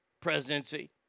presidency